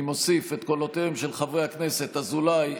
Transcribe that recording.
אני מוסיף את קולותיהם של חברי הכנסת אזולאי,